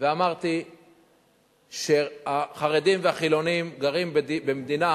ואמרתי שהחרדים והחילונים גרים במדינה אחת,